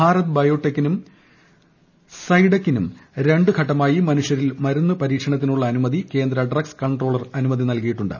ഭാരത് ബയോടെക്കിനും സൈഡെസ്കയ്ക്കും രണ്ടുഘട്ടമായി മനുഷ്യരിൽ മരുന്നു പരീക്ഷണത്തിനുള്ള അനുമതി കേന്ദ്ര ഡ്രഗ്സ് കൺട്രോളർ അനുമതി നൽകിയിട്ടുണ്ട്